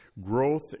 growth